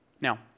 Now